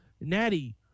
Natty